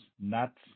nuts